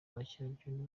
abakerarugendo